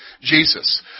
Jesus